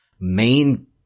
main